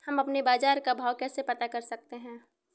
हम अपने बाजार का भाव कैसे पता कर सकते है?